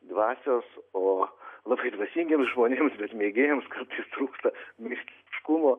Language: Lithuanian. dvasios o labai dvasingiems žmonėms bet mėgėjams kartais trūksta meistriškumo